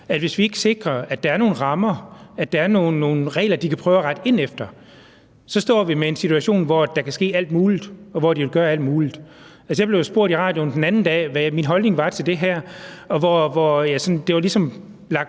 og hvis vi ikke sikrer, at der er nogle rammer, at der er nogle regler, de kan prøve at rette ind efter, så står vi med en situation, hvor der kan ske alt muligt, og hvor de vil gøre alt muligt. Altså, jeg blev spurgt i radioen den anden dag, hvad min holdning var til det her. Der var ligesom lagt